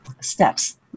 steps